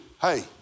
hey